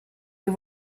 ihr